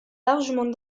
largement